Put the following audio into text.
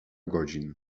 godzin